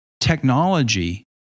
Technology